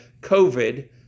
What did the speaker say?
COVID